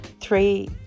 three